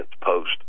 post